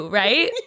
right